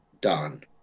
done